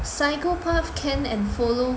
psychopath can and follow